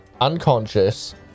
unconscious